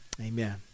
Amen